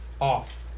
Off